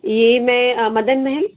यह मैं मदन महल